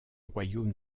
royaume